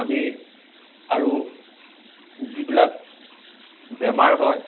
আমি আৰু যিবিলাক বেমাৰ হয়